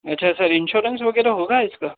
अच्छा sir insurance वगैरह होगा इसका